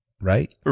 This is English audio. right